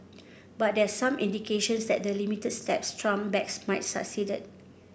but there are some indications that the limited steps Trump backs might succeed